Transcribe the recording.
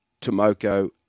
Tomoko